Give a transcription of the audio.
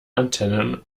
antennen